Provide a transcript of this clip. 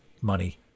money